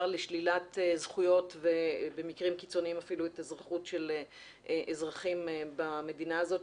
לשלילת זכויות ובמקרים קיצוניים אפילו את האזרחות של אזרחים במדינה הזאת,